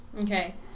Okay